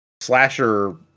slasher